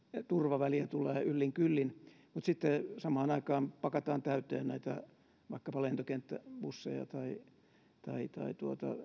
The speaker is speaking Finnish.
turvaväliä tulee yllin kyllin mutta sitten samaan aikaan pakataan täyteen vaikkapa lentokenttäbusseja tai tai